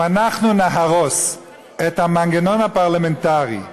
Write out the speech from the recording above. אם אנחנו נהרוס את המנגנון הפרלמנטרי,